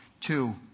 Two